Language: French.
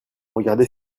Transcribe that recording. regardez